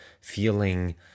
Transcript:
feeling